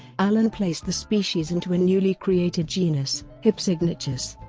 allen placed the species into a newly-created genus, hypsignathus.